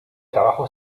trabajo